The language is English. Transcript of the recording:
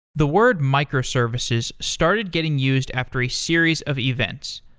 the word microservices started getting used after a series of events.